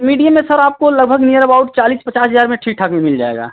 medium में sir आपको लगभग नियर अबाउट चालीस पचास हज़ार में ठीक ठाक में मिल जाएगा